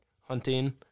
hunting